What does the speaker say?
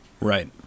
right